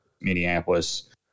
Minneapolis